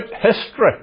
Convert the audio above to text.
history